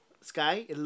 sky